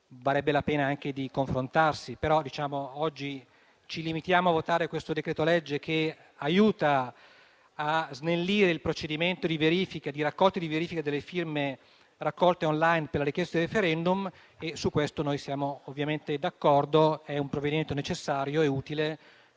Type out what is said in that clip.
varrebbe la pena anche di confrontarsi. Oggi però ci limitiamo a votare il decreto-legge in discussione, che aiuta a snellire il procedimento di raccolta e di verifica delle firme raccolte *online* per la richiesta di *referendum* e su questo noi siamo ovviamente d'accordo. È un provvedimento necessario e utile